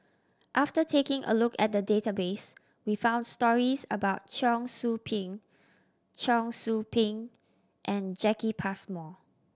after taking a look at the database we found stories about Cheong Soo Pieng Cheong Soo Pieng and Jacki Passmore